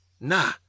Nah